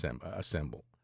assemble